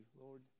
Lord